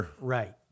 Right